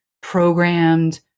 programmed